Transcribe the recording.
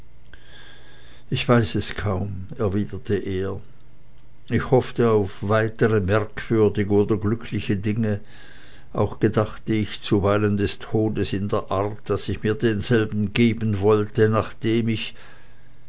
ich weiß es kaum erwiderte er ich hoffte auf weitere merkwürdige oder glückliche dinge auch gedachte ich zuweilen des todes in der art daß ich mir denselben geben wolle nachdem ich